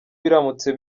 biramutse